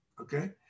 okay